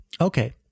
Okay